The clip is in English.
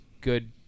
good